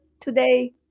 today